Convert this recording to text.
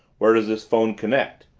where does this phone connect?